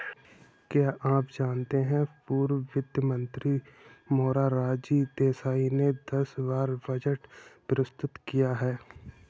क्या आप जानते है पूर्व वित्त मंत्री मोरारजी देसाई ने दस बार बजट प्रस्तुत किया है?